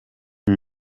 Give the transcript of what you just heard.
uyu